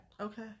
Okay